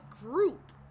group